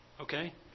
okay